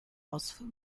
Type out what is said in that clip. also